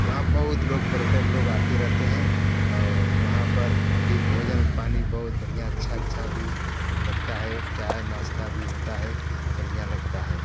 वहाँ बहुत लोग पर्यटक लोग आते रहते हैं और वहाँ पर फिर भोजन पानी बहुत बढ़िया अच्छा अच्छा भी लगता है चाय नाश्ता भी होता है बढ़िया लगता है